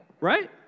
Right